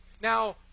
Now